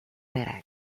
perekond